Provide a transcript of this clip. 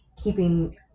keeping